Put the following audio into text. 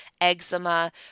eczema